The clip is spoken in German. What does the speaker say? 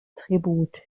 tribut